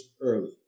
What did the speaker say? early